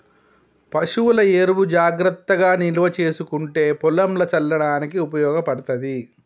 పశువుల ఎరువు జాగ్రత్తగా నిల్వ చేసుకుంటే పొలంల చల్లడానికి ఉపయోగపడ్తది